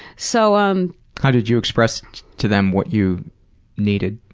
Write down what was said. so. um how did you express to them what you needed?